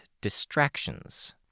distractions